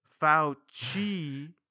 Fauci